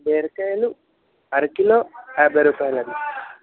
బీరకాయలు అరకిలో యాభై రూపాయలండి